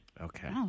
Okay